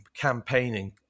campaigning